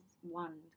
one